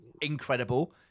incredible